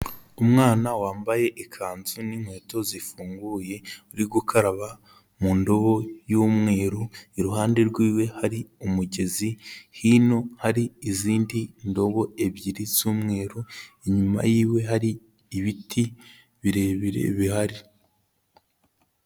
Umwana wambaye ikanzu n'inkweto zifunguye, uri gukaraba mu ndobo y'umweru, iruhande rwiwe hari umugezi, hino hari izindi ndobo ebyiri z'umweru, inyuma yiwe hari ibiti birebire bihari.